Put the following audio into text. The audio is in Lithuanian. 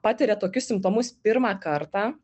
patiria tokius simptomus pirmą kartą